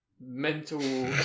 mental